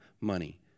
money